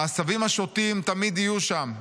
העשבים השוטים תמיד יהיו שם.